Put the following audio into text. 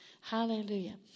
Hallelujah